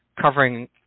covering